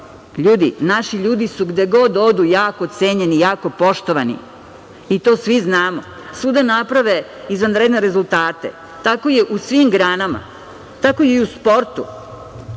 Ljudi, naši ljudi su gde god odu jako cenjeni, jako poštovani i to svi znamo. Svuda naprave izvanredne rezultate. Tako je u svim granama, tako je i u